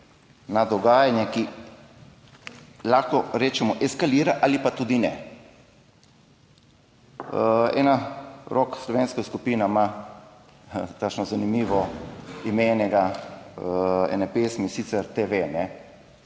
na dogajanje, ki, lahko rečemo, eskalira ali pa tudi ne. Ena rock slovenska skupina ima takšno zanimivo ime ene pesmi, in sicer TV.